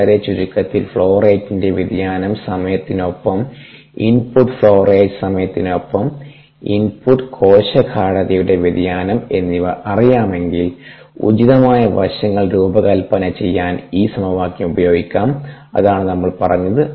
വളരെ ചുരുക്കത്തിൽ ഫ്ലോ റേറ്റിന്റെ വ്യതിയാനം സമയത്തിനൊപ്പം ഇൻപുട്ട് ഫ്ലോ റേറ്റ് സമയത്തിനൊപ്പം ഇൻപുട്ട് കോശ ഗാഢതയുടെ വ്യതിയാനം എന്നിവ അറിയാമെങ്കിൽ ഉചിതമായ വശങ്ങൾ രൂപകൽപ്പന ചെയ്യാൻ ഈ സമവാക്യം ഉപയോഗിക്കാം അതാണ് നമ്മൾ പറഞ്ഞത്